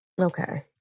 Okay